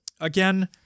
Again